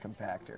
compactor